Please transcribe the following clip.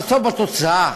בסוף בתוצאה.